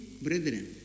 brethren